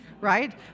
Right